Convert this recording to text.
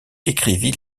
écrivit